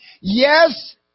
yes